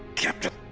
captain.